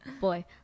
Boy